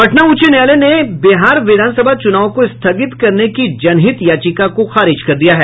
पटना उच्च न्यायालय ने भी बिहार विधानसभा चुनाव को स्थगित करने की जनहित याचिका को खारिज कर दिया है